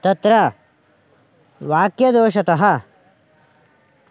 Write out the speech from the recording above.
तत्र वाक्यदोषतः